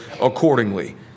accordingly